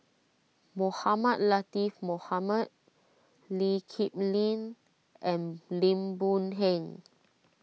Mohamed Latiff Mohamed Lee Kip Lin and Lim Boon Heng